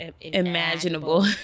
imaginable